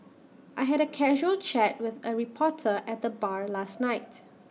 I had A casual chat with A reporter at the bar last night